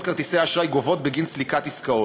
כרטיסי האשראי גובות בגין סליקת עסקאות.